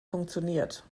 funktioniert